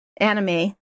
anime